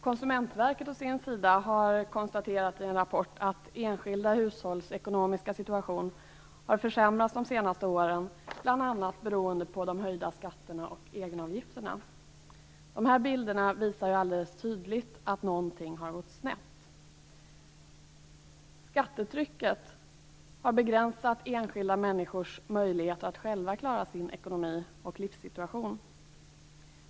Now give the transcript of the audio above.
Konsumentverket har å sin sida konstaterat i en rapport att enskilda hushålls ekonomiska situation har försämrats under de senaste åren, bl.a. beroende på de höjda skatterna och egenavgifterna. De här bilderna visar alldeles tydligt att någonting har gått snett. Skattetrycket har begränsat enskilda människors möjlighet att själva klara sin ekonomi och livssituation.